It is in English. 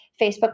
Facebook